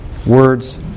Words